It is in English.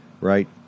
right